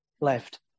left